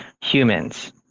humans